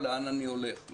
ומנין אני הולך.